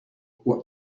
what